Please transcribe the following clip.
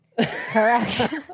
Correct